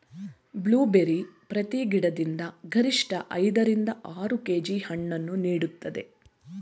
blueberry ಪ್ರತಿ ಗಿಡದಿಂದ ಗರಿಷ್ಠ ಐದ ರಿಂದ ಆರು ಕೆ.ಜಿ ಹಣ್ಣನ್ನು ನೀಡುತ್ತದೆ